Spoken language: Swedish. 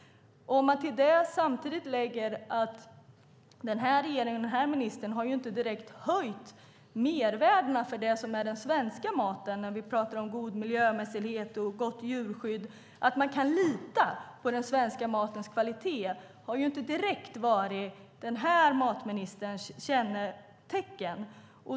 Till det kan vi lägga att den här regeringen och den här ministern inte direkt har höjt mervärdena för det som är den svenska maten - vi pratar om god miljömässighet, gott djurskydd och att man kan lita på den svenska matens kvalitet. Det har inte direkt varit den här matministerns kännetecken.